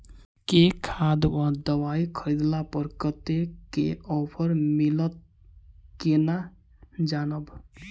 केँ खाद वा दवाई खरीदला पर कतेक केँ ऑफर मिलत केना जानब?